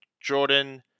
Jordan